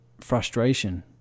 frustration